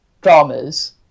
dramas